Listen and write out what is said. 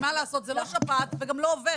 כי מה לעשות, זה לא שפעת וגם לא עובר.